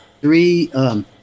three